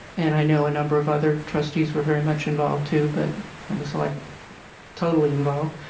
and i know a number of other trustees were very much involved too, but um so like totally involved,